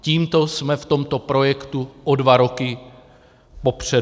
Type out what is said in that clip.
Tímto jsme v tomto projektu o dva roky popředu.